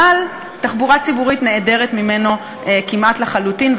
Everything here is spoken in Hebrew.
אבל תחבורה ציבורית נעדרת מהן כמעט לחלוטין,